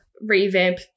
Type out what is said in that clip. revamp